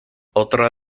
otra